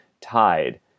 tide